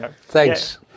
Thanks